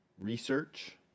research